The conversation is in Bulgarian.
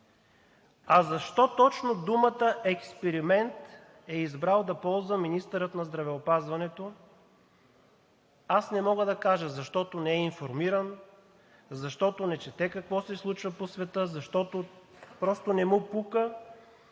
А защо точно думата „експеримент“ е избрал да ползва министърът на здравеопазването аз не мога да кажа – защото не е информиран, защото не чете какво се случва по света, защото просто не му пука,